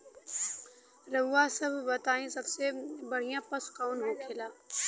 रउआ सभ बताई सबसे बढ़ियां पशु कवन होखेला?